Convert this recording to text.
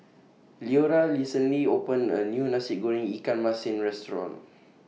Leora recently opened A New Nasi Goreng Ikan Masin Restaurant